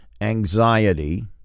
Anxiety